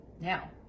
now